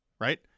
right